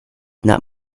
not